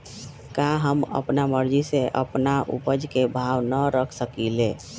का हम अपना मर्जी से अपना उपज के भाव न रख सकींले?